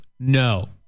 No